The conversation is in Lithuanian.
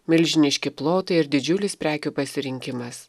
milžiniški plotai ir didžiulis prekių pasirinkimas